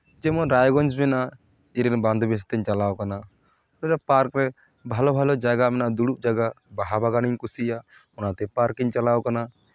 ᱡᱮᱢᱚᱱ ᱨᱟᱭᱜᱚᱸᱡᱽ ᱨᱮᱱᱟᱜ ᱤᱧᱨᱮᱱ ᱵᱟᱱᱫᱷᱚᱵᱤ ᱥᱟᱣᱛᱮᱧ ᱪᱟᱞᱟᱣ ᱟᱠᱟᱱᱟ ᱢᱤᱫᱴᱮᱡ ᱯᱟᱨᱠ ᱨᱮ ᱵᱷᱟᱞᱚ ᱵᱷᱟᱞᱚ ᱡᱟᱭᱜᱟ ᱢᱮᱱᱟᱜᱼᱟ ᱫᱩᱲᱩᱵ ᱡᱟᱭᱜᱟ ᱵᱟᱦᱟ ᱵᱟᱜᱟᱱᱤᱧ ᱠᱩᱥᱤᱭᱟᱜ ᱚᱱᱟᱛᱮ ᱯᱟᱨᱠ ᱤᱧ ᱪᱟᱞᱟᱣ ᱟᱠᱟᱱᱟ